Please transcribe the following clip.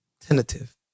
tentative